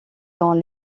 dans